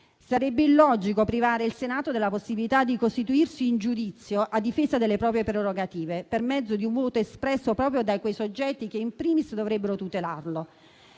Sarebbe illogico privare il Senato della possibilità di costituirsi in giudizio a difesa delle proprie prerogative, per mezzo di un voto espresso proprio da quei soggetti che *in primis* dovrebbero tutelarlo.